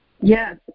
Yes